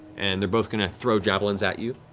and they're both going to throw javelins at you.